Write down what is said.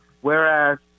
whereas